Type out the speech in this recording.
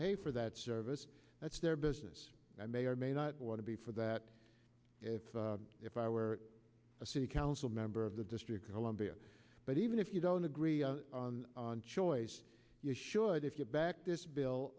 pay for that service that's their business i may or may not want to be for that if i were a city council member of the district of columbia but even if you don't agree on choice you should if you back this bill